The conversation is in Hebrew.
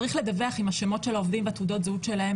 צריך לדווח עם השמות של העובדים ותעודות הזהות שלהם